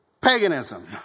paganism